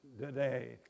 today